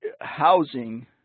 Housing